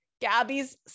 Gabby's